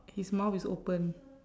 his mouth is open